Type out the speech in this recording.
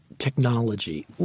technology